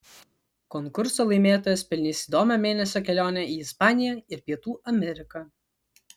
konkurso laimėtojas pelnys įdomią mėnesio kelionę į ispaniją ir pietų ameriką